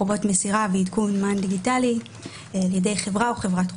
חובות מסירה ועדכון מען דיגיטלי על-ידי חברה או חברת חוץ.